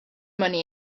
money